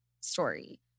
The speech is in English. story